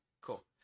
Cool